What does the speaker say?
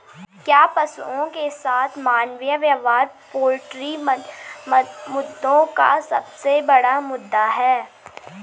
क्या पशुओं के साथ मानवीय व्यवहार पोल्ट्री मुद्दों का सबसे बड़ा मुद्दा है?